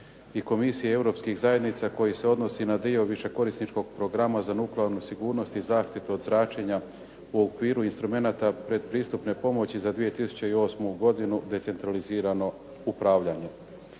Komisije Europskih zajednica koji se odnosi na dio višekorisničkog programa i nuklearnu sigurnost i zaštitu od zračenja u okviru instrumenata pretpristupne pomoći za 2008. godinu (decentralizirano upravljanje).